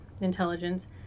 intelligence